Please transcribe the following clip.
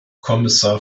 kommissar